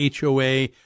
HOA